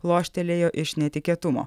loštelėjo iš netikėtumo